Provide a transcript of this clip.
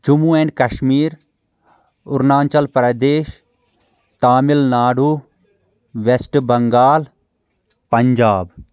Jammu and Kashmir Arunachal Pradesh Tamil Nadu ویسٹہٕ بنگال پنجاب